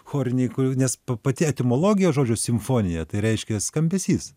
choriniai kurių nes pa pati etimologija žodžio simfonija tai reiškia skambesys